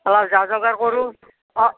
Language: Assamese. অঁ যা যোগাৰ কৰোঁ অঁ